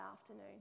afternoon